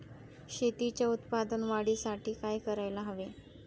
शेतीच्या उत्पादन वाढीसाठी काय करायला हवे?